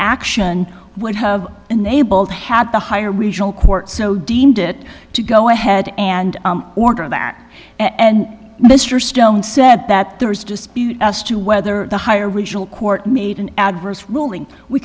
action would have enabled had the higher regional court so deemed it to go ahead and order that and mr stone said that there is dispute as to whether the higher original court made an adverse ruling we